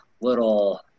little